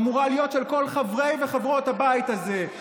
אמור להיות של כל חברי וחברות הבית הזה.